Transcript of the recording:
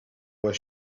was